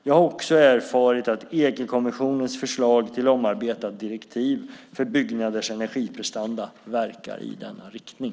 Jag har också erfarit att EG-kommissionens förslag till omarbetat direktiv för byggnaders energiprestanda verkar i denna riktning.